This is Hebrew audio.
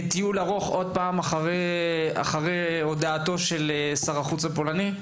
לטיול ארוך אחרי הודעתו של שר החוץ הפולני.